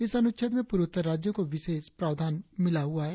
इस अनुच्छेद में पुर्वोत्तर राज्यों को विशेष प्रावधान है